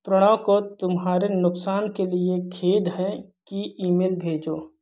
प्रणव को तुम्हारे नुकसान के लिए खेद है की ईमेल भेजो